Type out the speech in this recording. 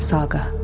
Saga